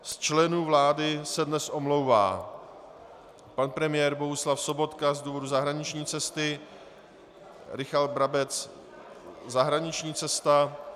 Z členů vlády se dnes omlouvá pan premiér Bohuslav Sobotka z důvodu zahraniční cesty, Richard Brabec zahraniční cesta...